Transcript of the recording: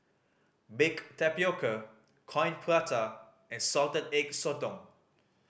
baked tapioca Coin Prata and Salted Egg Sotong